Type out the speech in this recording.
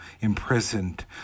imprisoned